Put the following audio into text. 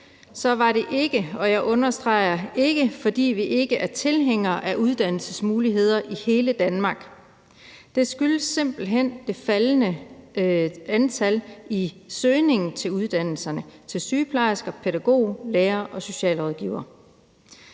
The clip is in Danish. var det ikke – og jeg understreger ikke – fordi vi ikke er tilhængere af uddannelsesmuligheder i hele Danmark, men det skyldtes simpelt hen det faldende antal ansøgninger til uddannelserne til sygeplejerske, pædagog, lærer og socialrådgiver.